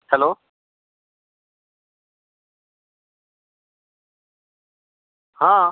hello ହଁ